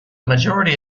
majority